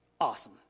Awesome